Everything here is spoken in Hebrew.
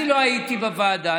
אני לא הייתי בוועדה,